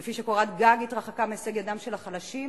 כפי שקורת גג התרחקה מהישג ידם של החלשים,